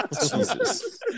Jesus